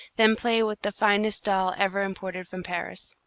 than play with the finest doll ever imported from paris.